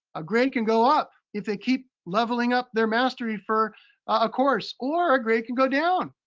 a grade can go up. if they keep leveling up their mastery for a course. or a grade can go down